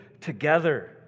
together